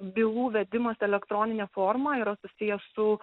bylų vedimas elektronine forma yra susijęs su